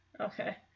Okay